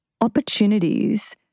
opportunities